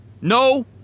No